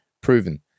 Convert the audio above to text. proven